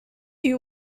you